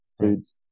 foods